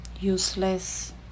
useless